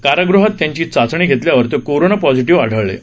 कारागृहात त्यांची चाचणी घेतल्यावर ते कोरोना पाँझिटीव्ह आढळले होते